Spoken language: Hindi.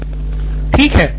प्रोफेसर ठीक है